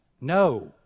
No